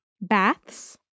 Baths